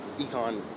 econ